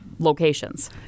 Locations